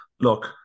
look